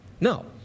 No